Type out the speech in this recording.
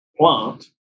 plant